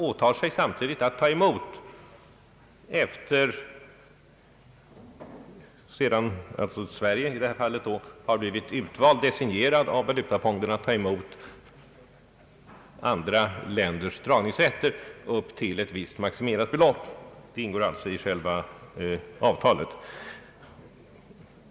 Sverige har i detta fall blivit designerat av Valutafonden att ta emot andra länders dragningsrätter till ett visst maximerat belopp. Det ingår alltså i själva avtalet.